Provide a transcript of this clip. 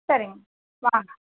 சரிங்க வாங்க